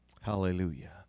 Hallelujah